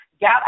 got